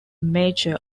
mature